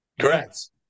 Correct